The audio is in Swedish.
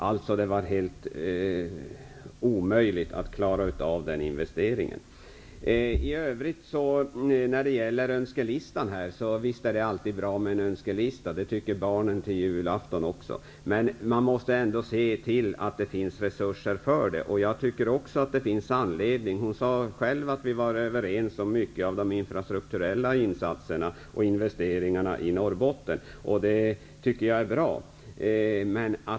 Det var alltså helt omöjligt att klara av den investeringen. Visst är det alltid bra med en önskelista -- det tycker barnen till julafton också. Men man måste ändå se till att det finns resurser för det. Hon sade själv att vi var överens om mycket av de infrastrukturella insatserna och investeringarna i Norrbotten, och det tycker jag är bra.